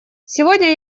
сегодня